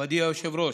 מכובדי היושב-ראש,